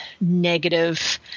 negative